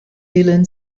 dillon